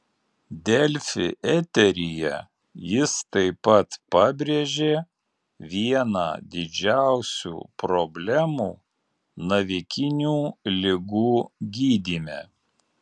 delfi eteryje jis taip pat pabrėžė vieną didžiausių problemų navikinių ligų gydyme